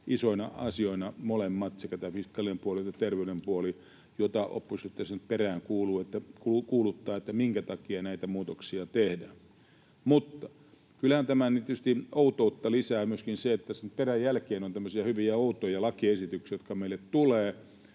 isoina asioina molemmat: sekä tämä fiskaalinen puoli että terveydellinen puoli, jota oppositio tässä nyt peräänkuuluttaa, että minkä takia näitä muutoksia tehdään. Mutta kyllähän nyt tietysti outoutta lisää myöskin se, että tässä nyt peräjälkeen on tämmöisiä hyvin outoja lakiesityksiä, joita meille tulee,